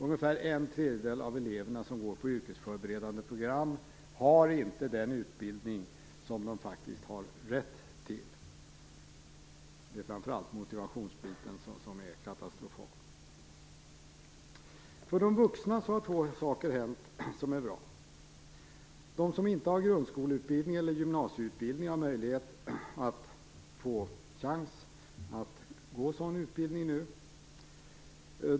Ungefär en tredjedel av eleverna som går på yrkesförberedande program har inte den utbildning som de faktiskt har rätt till. Det är framför allt motivationen som är katastrofal. För de vuxna har två saker hänt som är bra. De som inte har grundskoleutbildning eller gymnasieutbildning har möjlighet att få gå sådan utbildning nu.